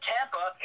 Tampa